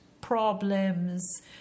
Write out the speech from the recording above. problems